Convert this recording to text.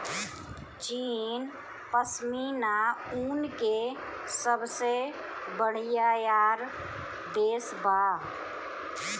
चीन पश्मीना ऊन के सबसे बड़ियार देश बा